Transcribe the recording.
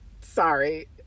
sorry